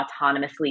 autonomously